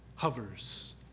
hovers